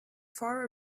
far